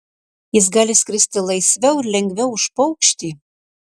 jis gali skristi laisviau ir lengviau už paukštį